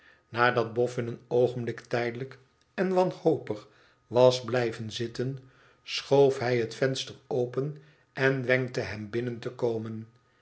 nadat bofn een oogenblik lijdelijk en wanhopig was blijven zitten schoof hij het venster open en wenkte hem binnen te komen